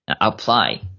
apply